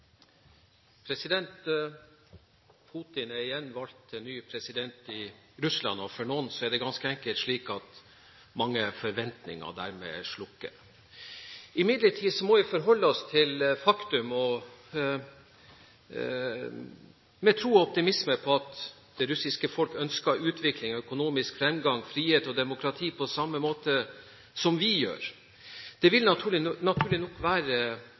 president i Russland. For noen er det ganske enkelt slik at mange forventninger dermed er slukket. Imidlertid må vi forholde oss til faktum, med tro på og optimisme med hensyn til at det russiske folk ønsker utvikling, økonomisk fremgang, frihet og demokrati, på samme måte som vi gjør. Det vil naturlig nok være